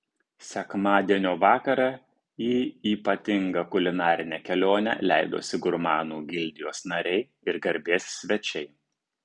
sekmadienio vakarą į ypatingą kulinarinę kelionę leidosi gurmanų gildijos nariai ir garbės svečiai